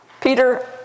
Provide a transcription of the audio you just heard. Peter